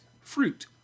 fruit